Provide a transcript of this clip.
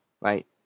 right